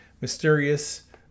mysterious